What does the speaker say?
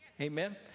Amen